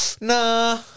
Nah